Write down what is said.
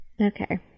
Okay